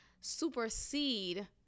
supersede